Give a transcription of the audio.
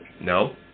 No